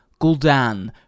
Gul'dan